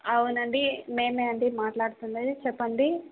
అవునండి మేమె అండి మాట్లాడుతుండేది చెప్పండి